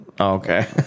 Okay